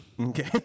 Okay